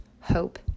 hope